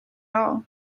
all